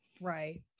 right